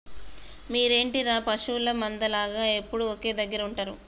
మీరేంటిర పశువుల మంద లాగ ఎప్పుడు ఒకే దెగ్గర ఉంటరు